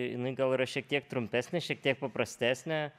jinai gal yra šiek tiek trumpesnė šiek tiek paprastesnė